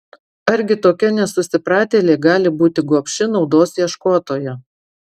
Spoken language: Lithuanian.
argi tokia nesusipratėlė gali būti gobši naudos ieškotoja